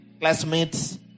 classmates